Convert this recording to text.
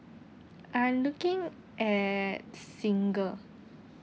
I'm looking at single